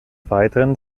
weiteren